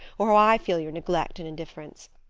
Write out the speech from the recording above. or how i feel your neglect and indifference.